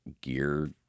gear